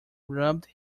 rubbed